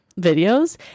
videos